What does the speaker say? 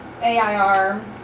AIR